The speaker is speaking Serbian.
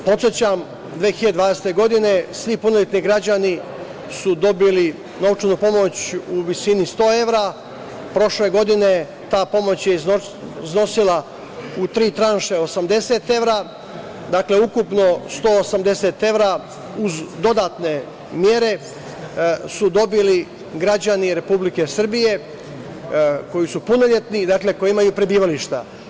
Podsećam, 2020. godine svi punoletni građani su dobili novčanu pomoć u visini 100 evra, prošle godine ta pomoć je iznosila u tri tranše 80 evra, dakle, ukupno 180 evra, uz dodatne mere su dobili građani Republike Srbije koji su punoletni i koji imaju prebivalište.